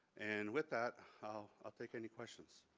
and with that, i'll i'll take any questions.